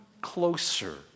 closer